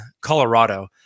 colorado